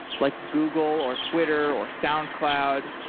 like google, or twitter, or soundcloud,